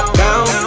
down